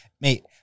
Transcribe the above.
Mate